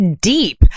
deep